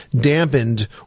dampened